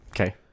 Okay